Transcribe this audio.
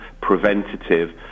preventative